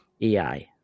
AI